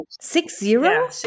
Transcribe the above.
Six-zero